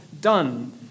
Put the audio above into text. done